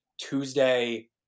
Tuesday